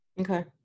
Okay